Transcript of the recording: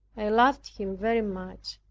i loved him very much,